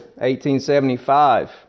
1875